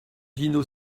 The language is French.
dino